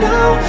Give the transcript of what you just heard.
Now